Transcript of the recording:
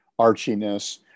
archiness